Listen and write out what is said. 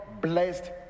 blessed